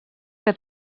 que